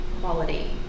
quality